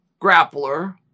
grappler